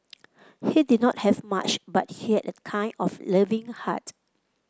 he did not have much but he had a kind of loving heart